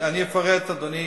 אני אפרט, אדוני.